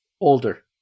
Older